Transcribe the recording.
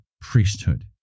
priesthood